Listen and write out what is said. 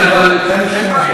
ודאי.